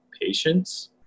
patience